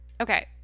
okay